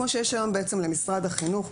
כמו שיש היום בעצם למשרד החינוך,